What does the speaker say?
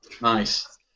nice